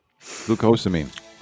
Glucosamine